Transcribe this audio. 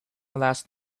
last